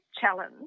challenge